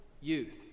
youth